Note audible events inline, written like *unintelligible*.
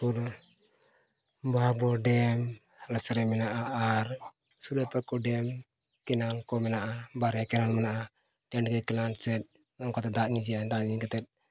ᱯᱩᱨᱟᱹ *unintelligible* ᱰᱮᱢ ᱟᱞᱮ ᱥᱩᱨ ᱨᱮ ᱢᱮᱱᱟᱜᱼᱟ ᱟᱨ *unintelligible* ᱰᱮᱢ ᱠᱮᱱᱮᱞ ᱠᱚ ᱢᱮᱱᱟᱜᱼᱟ ᱵᱟᱨᱭᱟ ᱠᱮᱱᱮᱞ ᱢᱮᱱᱟᱜᱼᱟ ᱴᱟᱺᱰᱤ ᱨᱮ ᱠᱮᱱᱮᱞ ᱥᱮ ᱚᱱᱠᱟᱛᱮ ᱫᱟᱜ ᱞᱤᱸᱜᱤᱜᱼᱟ ᱫᱟᱜ ᱞᱤᱸᱜᱤ ᱠᱟᱛᱮᱫ